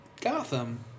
Gotham